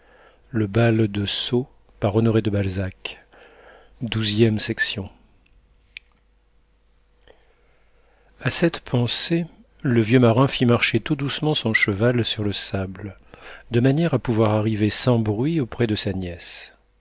le jeune homme en quête de qui nous sommes a cette pensée le vieux marin fit marcher tout doucement son cheval sur le sable de manière à pouvoir arriver sans bruit auprès de sa nièce